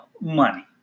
money